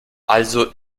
also